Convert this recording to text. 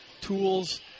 tools